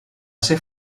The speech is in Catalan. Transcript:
ser